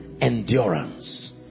endurance